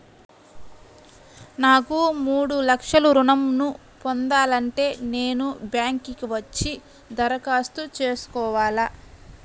నాకు మూడు లక్షలు ఋణం ను పొందాలంటే నేను బ్యాంక్కి వచ్చి దరఖాస్తు చేసుకోవాలా?